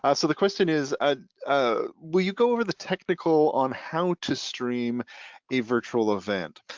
ah so the question is ah ah will you go over the technical on how to stream a virtual event?